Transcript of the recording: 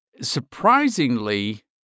surprisingly